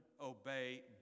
obey